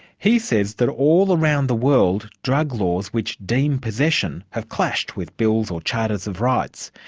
he says that all around the world, drug laws which deem possession, have clashed with bills or charters of rights,